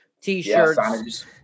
T-shirts